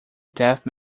death